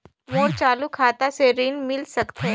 मोर चालू खाता से ऋण मिल सकथे?